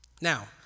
Now